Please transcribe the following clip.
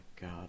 God